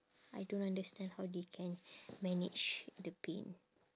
I don't understand how they can manage the pain